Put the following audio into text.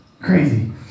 Crazy